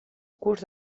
curs